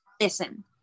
Listen